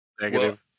Negative